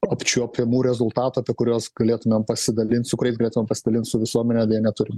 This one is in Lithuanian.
apčiuopiamų rezultatų apie kuriuos galėtumėm pasidalint su kuriais galėtumėm pasidalint su visuomene neturim